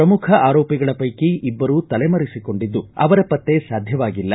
ಪ್ರಮುಖ ಆರೋಪಿಗಳ ಪೈಕಿ ಇಬ್ಬರು ತಲೆಮರೆಸಿಕೊಂಡಿದ್ದು ಅವರ ಪತ್ತೆ ಸಾಧ್ಯವಾಗಿಲ್ಲ